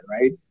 right